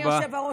אדוני היושב-ראש,